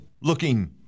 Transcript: looking